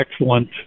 excellent